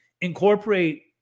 incorporate